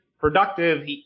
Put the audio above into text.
productive